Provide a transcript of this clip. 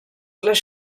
les